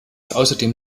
außerdem